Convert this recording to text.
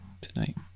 tonight